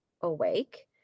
awake